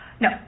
No